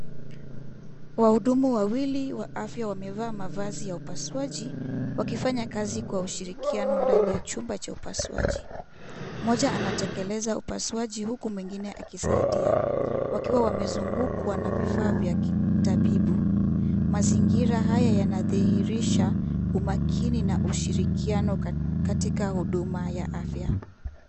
Wahudumu wawili wa afya wamevaa mavazi ya upasuaji wakifanya kazi kwa ushirikiano ndani ya chumba cha upasuaji. Mmoja anatekeleza upasuaji huku mwingine akisaidia wakiwa wamezungukwa na vifaa vya kitabibu. Mazingira haya yanadhihirisha umakini na ushirikiano katika huduma ya afya.